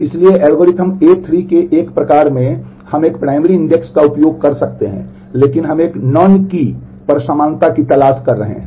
इस algorithm A3 के एक प्रकार में हम एक प्राथमिक इंडेक्स पर समानता की तलाश कर रहे हैं